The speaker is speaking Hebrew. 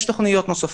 יש תוכניות נוספות.